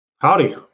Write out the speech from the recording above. Howdy